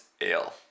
Ale